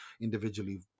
individually